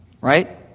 Right